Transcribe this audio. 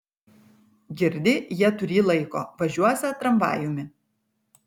girdi jie turį laiko važiuosią tramvajumi